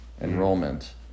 enrollment